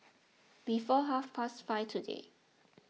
before half past five today